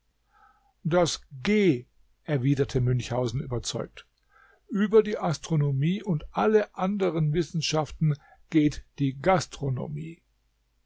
das g erwiderte münchhausen überzeugt über die astronomie und alle andern wissenschaften geht die gastronomie